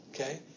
Okay